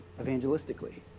evangelistically